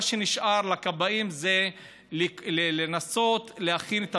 מה שנשאר לכבאים זה לנסות להכין את